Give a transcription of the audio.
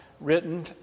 written